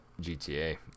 GTA